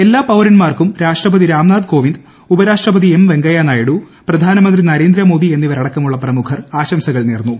എല്ലാ പൌരന്മാർക്കും രാഷ്ട്രപതി രാംനാഥ് കോവിന്ദ് ഉപരാഷ്ട്രപതി എം വെങ്കയ്യനായിഡു പ്രധാനമന്ത്രി നരേന്ദ്രമോദി എന്നിവരടക്കമുള്ള പ്രമുഖർ ആശംസകൾ നേർന്നു